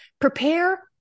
Prepare